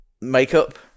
makeup